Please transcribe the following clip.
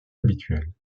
habituelles